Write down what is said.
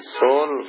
soul